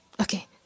okay